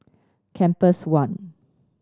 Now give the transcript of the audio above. Compass One